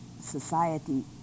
society